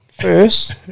first